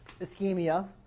ischemia